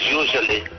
usually